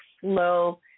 slow